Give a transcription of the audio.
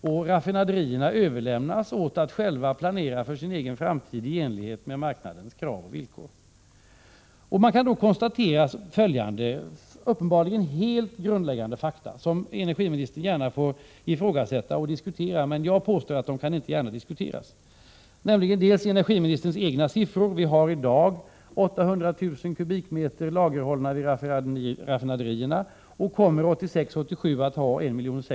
I sådana fall skall man i raffinaderierna själv få planera sin egen framtid i enlighet med marknadens krav och villkor. Jag kan redovisa en del uppenbarligen helt grundläggande fakta, som energiministern gärna får ifrågasätta och ta upp till diskussion. Jag påstår dock att de inte kan ifrågasättas. Enligt energiministerns egna siffror har vi i dag 800 000 m? i lager vid raffinaderierna. År 1986/87 kommer vi att ha 1,6 miljoner m?